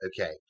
okay